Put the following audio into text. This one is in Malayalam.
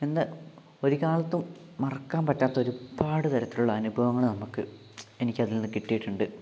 എന്താ ഒര്കാലത്തും മറക്കാൻ പറ്റാത്തൊരുപാട് തരത്തിലുള്ള അനുഭവങ്ങള് നമുക്ക് എനിക്കതിൽ നിന്നും കിട്ടിയിട്ടുണ്ട്